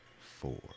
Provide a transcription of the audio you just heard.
four